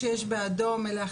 המסיבי שהיושבת-ראש התייחסה אליו.